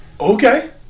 Okay